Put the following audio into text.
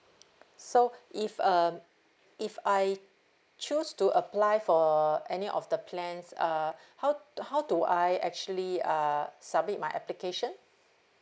so if uh if I choose to apply for any of the plans uh how how do I actually uh submit my application